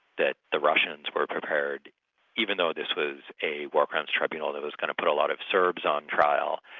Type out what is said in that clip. that the russians were prepared even though this was a war crimes tribunal that was going to put a lot of serbs on trial,